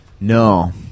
no